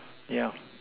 yeah